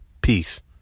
Peace